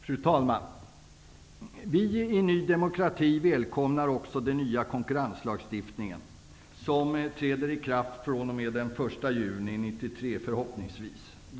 Fru talman! Vi i Ny demokrati välkomnar också den nya konkurrenslagstiftning som förhoppningsvis träder i kraft den 1 juli 1993.